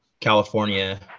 California